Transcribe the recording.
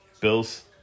Bill's